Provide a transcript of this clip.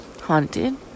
haunted